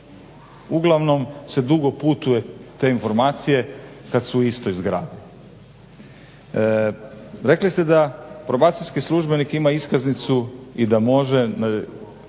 Uglavnom dugo putuju te informacije kad su u istoj zgradi. Rekli ste da probacijski službenik ima iskaznicu i da može